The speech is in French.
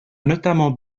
notamment